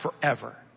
forever